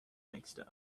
mixed